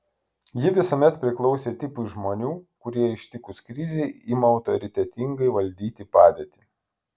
ji visuomet priklausė tipui žmonių kurie ištikus krizei ima autoritetingai valdyti padėtį